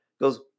goes